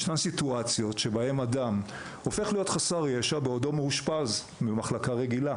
ישנן סיטואציות שבהן אדם הופך להיות חסר ישע בעודו מאושפז במחלקה רגילה